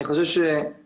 אני חושב שצריך.